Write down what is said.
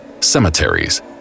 cemeteries